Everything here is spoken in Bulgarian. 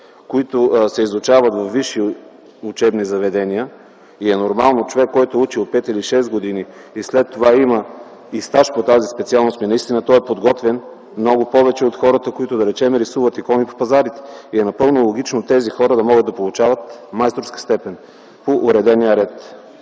които се изучават във висши учебни заведения и е нормално човек, който е учил пет или шест години и след това има и стаж по тази специалност и наистина той е много подготвен много повече от хората, които, да речем, рисуват икони по пазарите, и е напълно логично тези хора да получават майсторска степен по уредения ред.